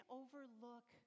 overlook